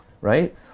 right